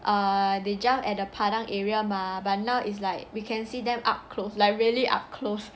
uh they jump at the padang area mah but now is like we can see them up close like really up close